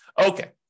Okay